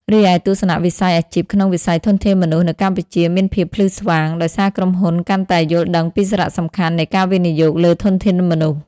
រីឯទស្សនវិស័យអាជីពក្នុងវិស័យធនធានមនុស្សនៅកម្ពុជាមានភាពភ្លឺស្វាង ដោយសារក្រុមហ៊ុនកាន់តែយល់ដឹងពីសារៈសំខាន់នៃការវិនិយោគលើធនធានមនុស្ស។